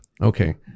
Okay